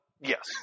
yes